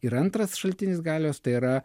ir antras šaltinis galios tai yra